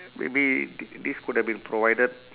maybe th~ this could have been provided